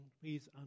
Please